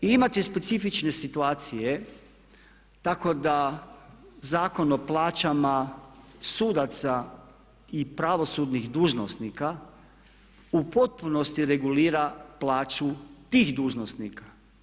Imate specifične situacije tako da Zakon o plaćama sudaca i pravosudnih dužnosnika u potpunosti regulira plaću tih dužnosnika.